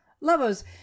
Lovers